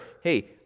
hey